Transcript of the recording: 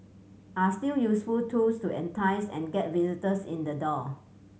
are still useful tools to entice and get visitors in the door